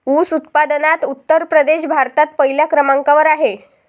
ऊस उत्पादनात उत्तर प्रदेश भारतात पहिल्या क्रमांकावर आहे